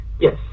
Yes